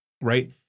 right